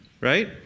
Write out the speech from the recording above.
right